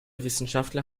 wissenschaftler